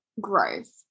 growth